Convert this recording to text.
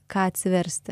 ką atsiversti